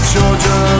Georgia